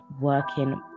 Working